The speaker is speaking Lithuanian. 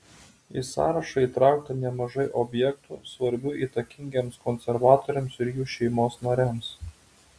į sąrašą įtraukta nemažai objektų svarbių įtakingiems konservatoriams ir jų šeimos nariams